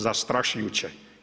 Zastrašujuće.